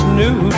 new